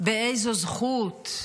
באיזו זכות,